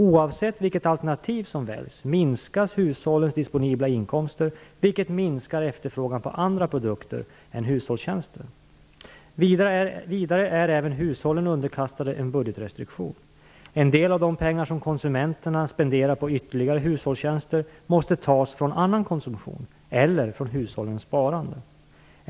Oavsett vilket alternativ som väljs minskas hushållens disponibla inkomster, vilket minskar efterfrågan på andra produkter än hushållstjänster. Vidare är även hushållen underkastade en budgetrestriktion. En del av de pengar som konsumenterna spenderar på ytterligare hushållstjänster måste tas från annan konsumtion eller från hushållens sparande.